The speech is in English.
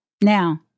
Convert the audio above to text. Now